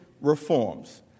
reforms